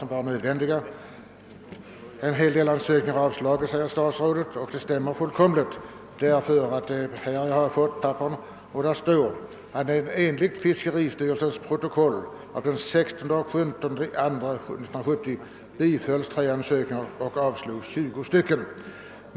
Statsrådet säger att en hel del ansökningar avslagits och det stämmer fullkomligt, ty i de papper jag fått står, att enligt fiskeristyrelsens protokoll av den 16 och 17 februari 1970 bifölls 3 ansökningar och avslogs 20.